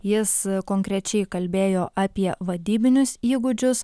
jis konkrečiai kalbėjo apie vadybinius įgūdžius